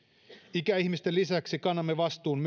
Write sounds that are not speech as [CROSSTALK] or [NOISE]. ikäihmisten lisäksi kannamme vastuun [UNINTELLIGIBLE]